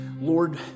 Lord